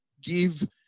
give